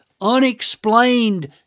unexplained